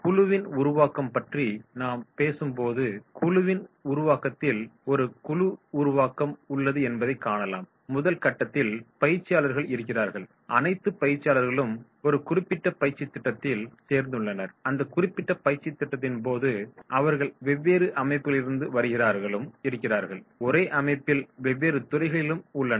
குழுவின் உருவாக்கம் பற்றி நாம் பேசும்போது குழுவின் உருவாக்கத்தில் ஒரு குழு உருவாக்கம் உள்ளது என்பதைக் காணலாம் முதல் கட்டத்தில் பயிற்சியாளர்கள் இருக்கிறார்கள் அனைத்து பயிற்சியாளர்களும் ஒரு குறிப்பிட்ட பயிற்சித் திட்டத்தில் சேர்ந்துள்ளனர் அந்த குறிப்பிட்ட பயிற்சித் திட்டத்தின் போது அவர்கள் வெவ்வேறு அமைப்புகளிலிருந்து வருகிறவர்களும் இருக்கிறார்கள் ஒரே அமைப்பில் வெவ்வேறு துறைககளிலும் உள்ளனர்